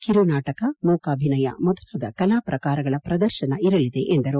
ಕಿರು ನಾಟಕ ಮೂಕಾಭಿನಯ ಮೊದಲಾದ ಕಲಾ ಪ್ರಕಾರಗಳ ಪ್ರದರ್ಶನವಿರಲಿದೆ ಎಂದರು